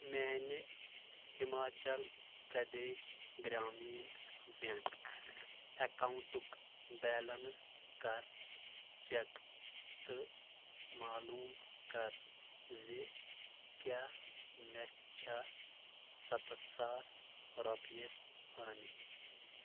میٛانہِ ہِماچل پرٛدیش گرٛامیٖن بیٚنٛک اکاونٹُک بیلنس کَر چیٚک تہٕ معلوٗم کَر زِ کیٛاہ مےٚ چھا ستَتھ ساس رۄپیہِ آمٕتۍ؟